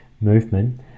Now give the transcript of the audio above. movement